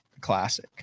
classic